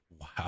Wow